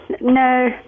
No